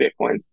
Bitcoin